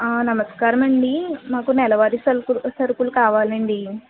నమస్కారం అండీ మాకు నెలవారి సలుకులు సరుకులు కావాలండీ